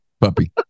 puppy